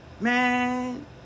Man